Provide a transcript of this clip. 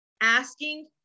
Asking